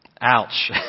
Ouch